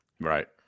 Right